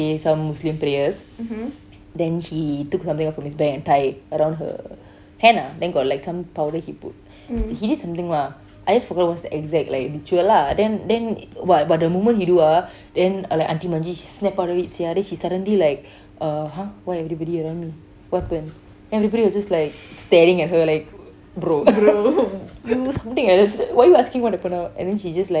say some muslim prayers then he took out something out of his bag and tie around her hand ah like got like some powder he put he did something lah I just forgot what was the exact like ritual lah then then !wah! but the moment he do ah then like aunty manjeet she snap out of it sia then she suddenly like (uh huh) what everybody around me what happen then everybody was just staring at her like bro bro you something else why are you asking what happened now then she just like